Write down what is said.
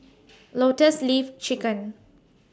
Lotus Leaf Chicken